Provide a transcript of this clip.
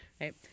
right